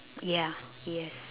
ya yes